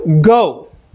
Go